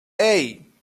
hey